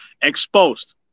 exposed